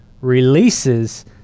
releases